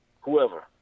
whoever